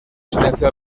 silencio